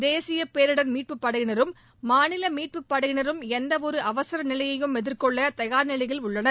தேசிய பேரிடர் மீட்புப் படையினரும் மாநில மீட்புப் படையினரும் எந்தவொரு அவசர நிலையையும் எதிர்கொள்ள தயார் நிலையில் உள்ளனர்